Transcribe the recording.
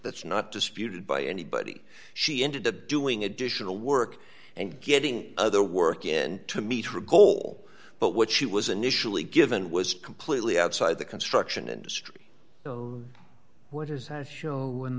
that's not disputed by anybody she ended up doing additional work and getting other work in to meet her goal but what she was initially given was completely outside the construction industry what is that show when